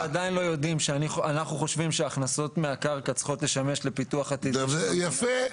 אנחנו חושבים שההכנסות מהקרקע צריכות לשמש לפיתוח --- יפה,